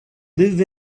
live